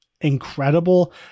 incredible